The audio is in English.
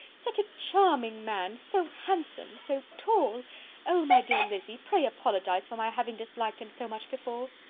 such a charming man so handsome! so tall oh, my dear lizzy! pray apologise for my having disliked him so much before.